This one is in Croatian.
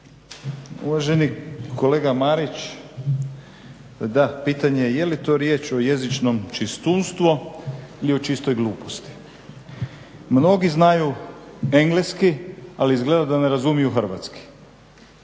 Uvaženi kolega Marić, da, pitanje je li to riječ o jezičnom čistunstvu ili o čistoj gluposti? Mnogi znaju engleski, ali izgleda da ne razumiju hrvatski.